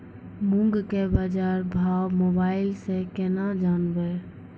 मूंग के बाजार भाव मोबाइल से के ना जान ब?